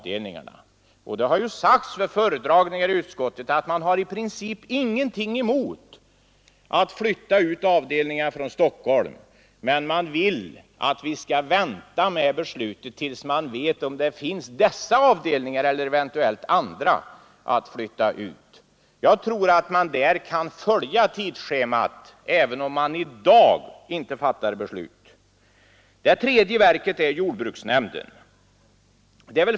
Det har också sagts vid föredragningar i utskottet att man i princip inte har någonting emot att flytta ut avdelningar från Stockholm, men man vill att vi skall vänta med det beslutet tills man vet vilka avdelningar som finns att flytta ut. Jag tror att tidsschemat för den utflyttningen kan följas även om vi i dag inte fattar något beslut. Det tredje verket är jordbruksnämnden.